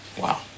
Wow